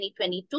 2022